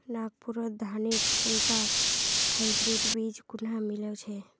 नागपुरत धानेर कुनटा हाइब्रिड बीज कुहा मिल छ